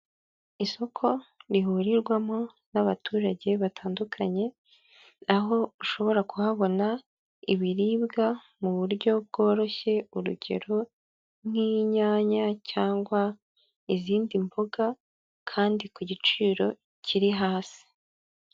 Isoko rihurirwamo n'abaturage batandukanye, aho ushobora kuhabona ibiribwa mu buryo bworoshye, urugero nk'inyanya cyangwa izindi mboga, kandi ku giciro kiri hasi.